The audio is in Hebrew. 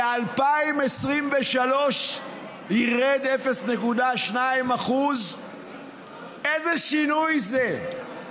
ב-2023 זה ירד, 0.2%. איזה שינוי זה?